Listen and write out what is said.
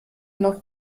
noch